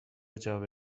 جابه